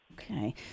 Okay